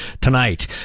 tonight